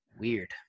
Weird